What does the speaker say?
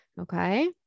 Okay